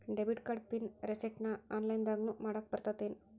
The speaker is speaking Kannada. ಡೆಬಿಟ್ ಕಾರ್ಡ್ ಪಿನ್ ರಿಸೆಟ್ನ ಆನ್ಲೈನ್ದಗೂ ಮಾಡಾಕ ಬರತ್ತೇನ್